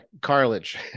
cartilage